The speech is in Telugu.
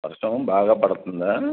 వర్షం బాగా పడుతోందా